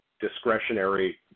discretionary